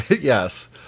Yes